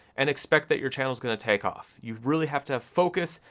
and expect that your channel is gonna take off. you really have to have focus,